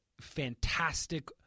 fantastic